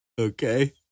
Okay